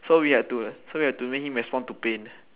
so we had to like so we had to make him respond to pain